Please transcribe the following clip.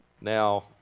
Now